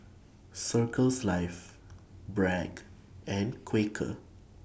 Circles Life Bragg and Quaker